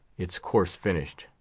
its course finished,